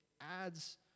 adds